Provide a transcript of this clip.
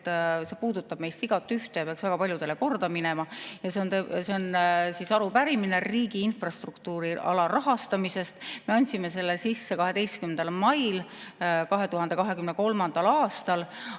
mis puudutab meist igaüht ja peaks väga paljudele korda minema. See on arupärimine riigi infrastruktuuri alarahastamise kohta. Me andsime selle sisse 12. mail 2023. aastal.